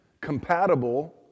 compatible